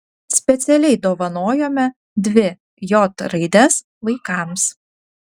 specialiai dovanojome dvi j raides vaikams